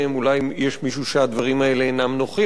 אולי יש מישהו שהדברים האלה אינם נוחים לו,